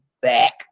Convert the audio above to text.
back